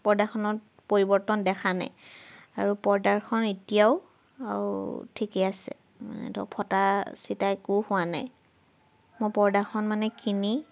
পৰ্দাখনত পৰিৱৰ্তন দেখা নাই আৰু পৰ্দাখন এতিয়াও আৰু ঠিকেই আছে মানে ধৰক ফটা ছিটা একো হোৱা নাই মই পৰ্দাখন মানে কিনি